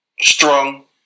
Strong